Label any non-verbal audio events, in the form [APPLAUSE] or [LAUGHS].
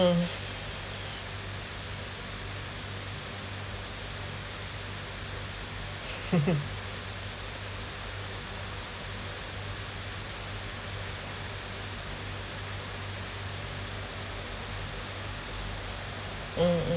[LAUGHS] mm mm